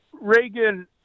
reagan